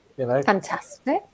fantastic